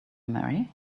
marry